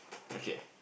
okay